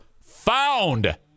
found